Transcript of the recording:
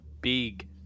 big